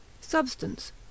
Substance